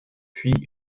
puis